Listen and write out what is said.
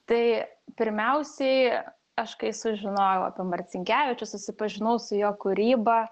tai pirmiausiai aš kai sužinojau apie marcinkevičių susipažinau su jo kūryba